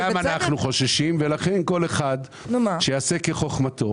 גם אנחנו חוששים ולכן כל אחד שיעשה כחוכמתו